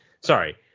sorry